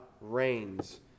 reigns